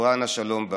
אדברה נא שלום בך.